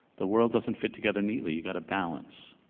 the world doesn't fit together neatly. you've gotta balance.